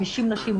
50 נשים,